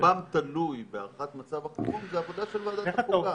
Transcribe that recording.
שרובם תלויים בהארכת מצב החירום היא עבודה של ועדת החוקה.